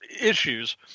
issues